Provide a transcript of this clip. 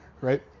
right